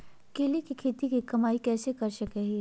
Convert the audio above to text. केले के खेती से कमाई कैसे कर सकय हयय?